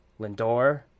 Lindor